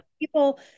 people